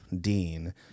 Dean